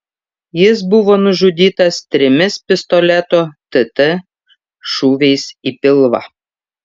jis buvo nužudytas trimis pistoleto tt šūviais į pilvą